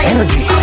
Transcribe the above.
Energy